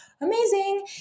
amazing